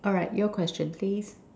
alright your question please